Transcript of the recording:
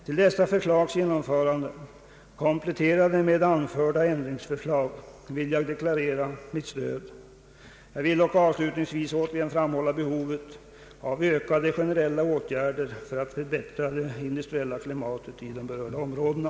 Till ett genomförande av dessa förslag, kompletterade med anförda ändringsförslag, vill jag deklarera mitt stöd. Jag vill dock avslutningsvis åter framhålla behovet av ökade generella åtgärder för att förbättra det industriella klimatet i de berörda områdena.